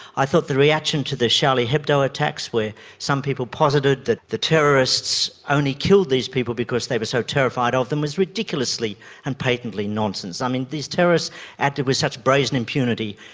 i thought the reaction to the charlie hebdo attacks where some people posited that the terrorists only killed these people because they were so terrified of them was ridiculously and patently nonsense. um and these terrorists acted with such brazen impunity,